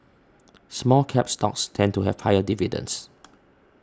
Small Cap stocks tend to have higher dividends